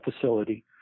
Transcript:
facility